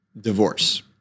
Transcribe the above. divorce